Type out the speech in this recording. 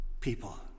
people